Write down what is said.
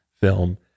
film